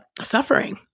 suffering